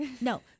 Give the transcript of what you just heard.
No